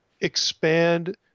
expand